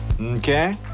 Okay